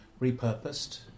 repurposed